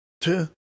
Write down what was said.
two